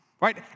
right